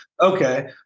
okay